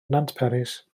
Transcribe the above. nantperis